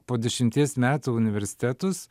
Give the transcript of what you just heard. po dešimties metų universitetus